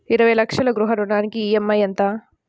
ఇరవై లక్షల గృహ రుణానికి ఈ.ఎం.ఐ ఎంత?